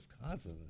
Wisconsin